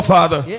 Father